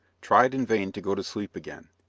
tried in vain to go to sleep again.